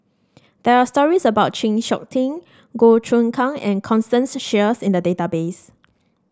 there are stories about Chng Seok Tin Goh Choon Kang and Constance Sheares in the database